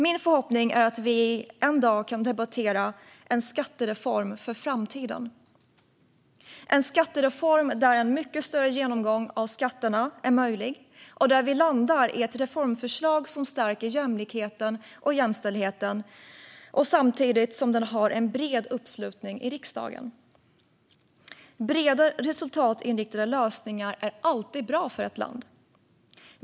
Min förhoppning är att vi en dag kan debattera en skattereform för framtiden, en skattereform där en mycket större genomgång av skatterna är möjlig och som landar i ett reformförslag som stärker jämlikheten och jämställdheten, samtidigt som den har en bred uppslutning i riksdagen. Breda resultatinriktade lösningar är alltid bra för ett land.